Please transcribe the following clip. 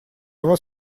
вас